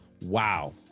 wow